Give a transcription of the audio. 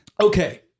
Okay